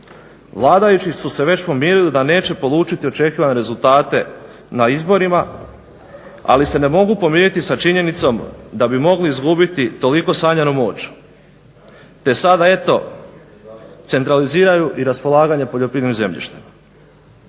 vladajući su se već pomirili da neće polučiti očekivane rezultate na izborima, ali se ne mogu pomiriti sa činjenicom da bi mogli izgubiti toliko sanjanu moć, te sada eto centraliziraju i raspolaganje poljoprivrednim zemljištem.